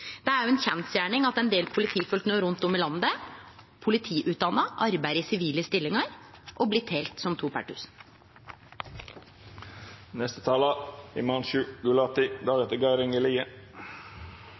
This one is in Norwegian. Det er ei kjensgjerning at ein del politiutdanna politifolk rundt omkring i landet no arbeidar i sivile stillingar og blir talde som to per